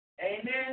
Amen